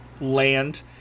land